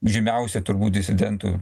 žymiausi turbūt disidentų